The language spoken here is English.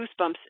goosebumps